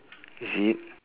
is it